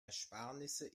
ersparnisse